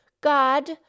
God